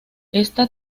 esta